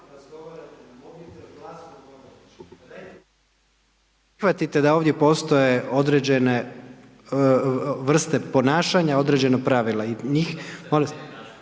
Prihvatite da ovdje postoje određene vrste ponašanja, određena pravila